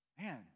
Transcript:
Man